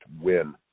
win